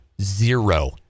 Zero